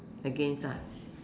against ah